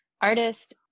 artist